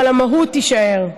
אבל המהות תישאר.